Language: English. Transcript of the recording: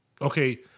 Okay